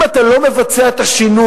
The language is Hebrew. אם אתה לא מבצע את השינוי,